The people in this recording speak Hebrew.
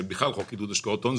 בכלל חוק עידוד השקעות הון,